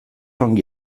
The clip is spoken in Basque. ongi